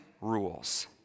rules